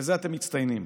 בזה אתם מצטיינים,